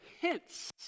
hints